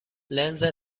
لنز